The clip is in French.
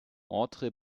ordre